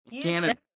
Canada